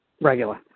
regular